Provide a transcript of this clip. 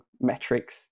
metrics